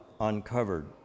uncovered